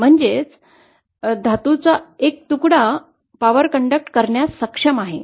म्हणजेच धातूचा एक तुकडा शक्ती नियंत्रित करण्यास सक्षम आहे